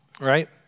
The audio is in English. Right